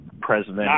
president